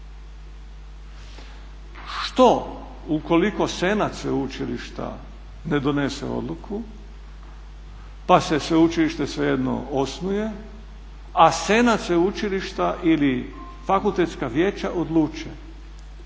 Što ukoliko senat sveučilišta ne donese odluku pa se sveučilište svejedno osnuje, a senat sveučilišta ili fakultetska vijeća odluče,